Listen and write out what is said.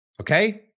Okay